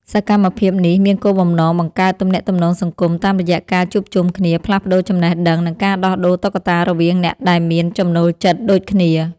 សកម្មភាពនេះមានគោលបំណងបង្កើតទំនាក់ទំនងសង្គម តាមរយៈការជួបជុំគ្នាផ្លាស់ប្តូរចំណេះដឹង និងការដោះដូរតុក្កតារវាងអ្នកដែលមានចំណូលចិត្តដូចគ្នា។